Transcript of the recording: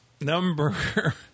Number